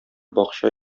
бакча